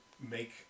make